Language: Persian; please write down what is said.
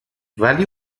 ولی